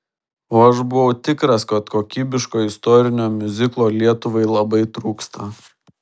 o aš buvau tikras kad kokybiško istorinio miuziklo lietuvai labai trūksta